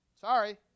Sorry